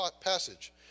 passage